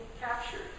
captured